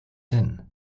hin